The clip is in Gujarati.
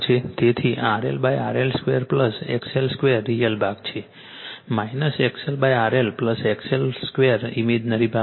તેથી RLRL 2 XL 2 રિઅલ ભાગ છે XLRL XL2 ઇમેજનરી ભાગ છે